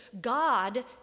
God